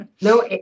no